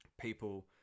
people